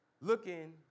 looking